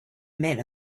men